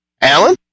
Alan